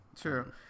True